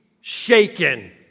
shaken